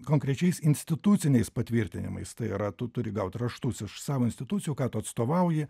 konkrečiais instituciniais patvirtinimais tai yra tu turi gauti raštus iš savo institucijų kad tu atstovauji